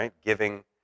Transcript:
Giving